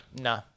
No